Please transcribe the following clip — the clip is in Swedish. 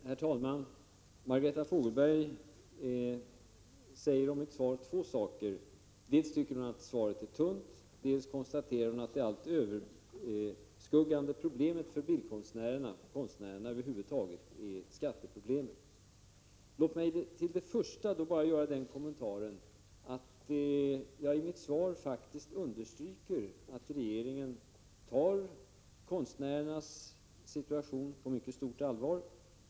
Herr talman! Margareta Fogelberg säger två saker om mitt svar, dels att svaret är tunt, dels att det allt överskuggande problemet för konstnärerna är skattesystemet. Låt mig till det första bara göra den kommentaren, att jag i mitt svar faktiskt understryker att regeringen tar konstnärernas situation på mycket stort allvar.